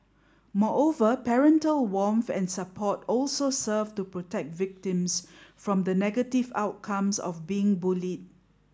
moreover parental warmth and support also serve to protect victims from the negative outcomes of being bullied